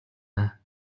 даа